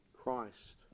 Christ